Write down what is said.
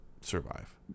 survive